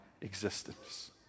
existence